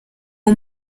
uyu